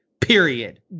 period